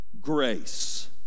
Grace